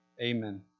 Amen